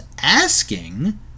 asking